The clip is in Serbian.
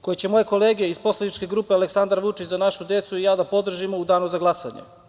koji ćemo moje kolege iz poslaničke grupe Aleksandar Vučić – Za našu decu i ja da podržimo u danu za glasanje.